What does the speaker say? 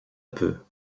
peu